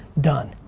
done.